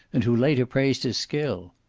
and who later praised his skill.